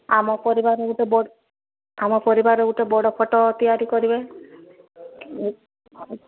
ଆମ ପରିବାର ଗୁଟେ ବଡ଼୍ ଆମ ପରିବାର ଗୁଟେ ବଡ଼ ଫୋଟୋ ତିଆରି କରିବେ